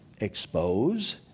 expose